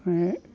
माने